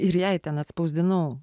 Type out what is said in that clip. ir jei ten atspausdinau